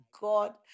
God